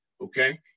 Okay